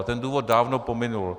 Ale ten důvod dávno pominul.